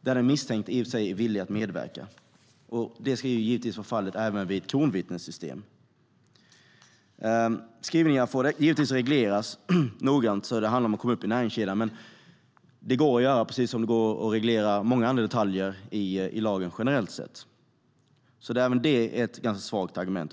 där den misstänkte i och för sig är villig att medverka." Det ska givetvis vara fallet även vid ett kronvittnessystem. Skrivningarna får givetvis regleras noga - det handlar om att komma upp i näringskedjan - men det går att göra, precis som det går att reglera många andra detaljer i lagen generellt sett. Även det är därför ett ganska svagt argument.